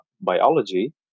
biology